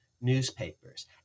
newspapers